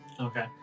Okay